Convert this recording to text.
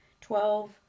twelve